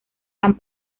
han